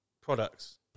products